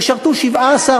אין "אתם",